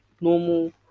normal